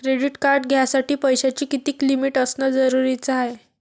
Credit card घ्यासाठी पैशाची कितीक लिमिट असनं जरुरीच हाय?